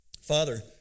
Father